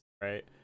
right